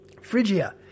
Phrygia